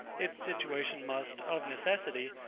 its situation must, of necessity,